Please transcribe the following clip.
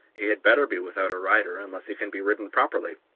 he had better be without a rider, unless he can be ridden properly.